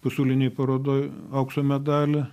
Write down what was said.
pasaulinėj parodoj aukso medalį